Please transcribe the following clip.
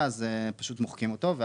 מוחקים אותו.